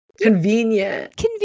Convenient